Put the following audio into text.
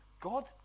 God